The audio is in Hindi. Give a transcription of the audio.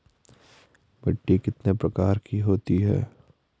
मिट्टी कितने प्रकार की होती है?